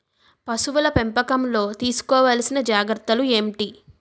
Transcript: పశువుల పెంపకంలో తీసుకోవల్సిన జాగ్రత్తలు ఏంటి?